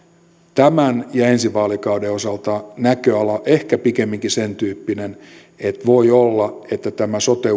tämän ja ensi vaalikauden osalta näköala ehkä pikemminkin sen tyyppinen että voi olla että sote